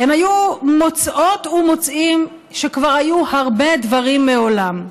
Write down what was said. הם היו מוצאות ומוצאים שכבר היו הרבה דברים מעולם.